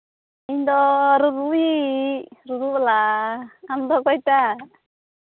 ᱤᱧᱫᱚ ᱨᱩᱨᱩᱭᱤᱡ ᱥᱮ ᱨᱩᱨᱩ ᱵᱟᱞᱟ ᱟᱢᱫᱚ ᱚᱠᱚᱭᱴᱟᱜ